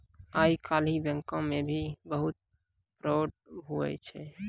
आइ काल्हि बैंको मे भी बहुत फरौड हुवै छै